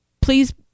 please